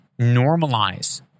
normalize